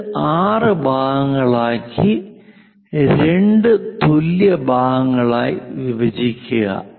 ഇത് 6 ഭാഗങ്ങളാക്കി രണ്ട് തുല്യ ഭാഗങ്ങളായി വിഭജിക്കുക